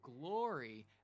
glory